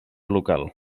local